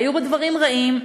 היו בה דברים רעים.